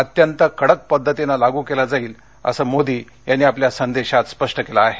अत्यंत कडक पद्धतीनं लागू केला जाईल असं मोदी यांनी आपल्या संदेशात स्पष्ट केलं आहे